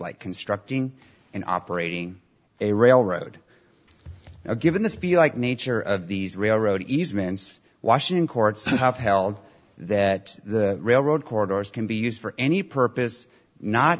like constructing an operating a railroad given the feel like nature of these railroad easements washington courts have held that the railroad corridors can be used for any purpose not